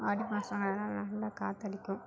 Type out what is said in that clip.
ஆடி மாதம் நல்ல காற்றடிக்கும்